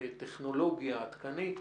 בטכנולוגיה עדכנית